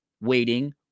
waiting